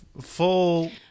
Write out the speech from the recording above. full